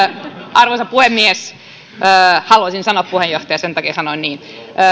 arvoisa puhemies haluaisin sanoa puheenjohtaja sen takia sanoin niin